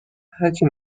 هرچی